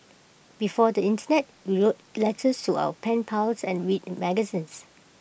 before the Internet we wrote letters to our pen pals and read magazines